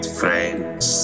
friends